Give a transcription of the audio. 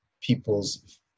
people's